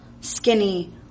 skinny